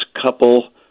couple